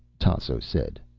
tasso said.